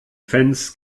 fans